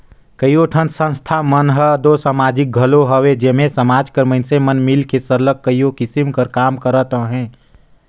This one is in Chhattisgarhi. कइयो ठन संस्था मन हर दो समाजिक घलो हवे जेम्हां समाज कर मइनसे मन मिलके सरलग कइयो किसिम कर काम करत अहें